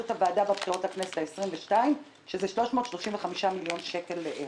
הוועדה בבחירות לכנסת ה-22 - 335 מיליון שקל לערך.